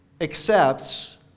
accepts